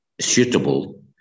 suitable